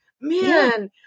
Man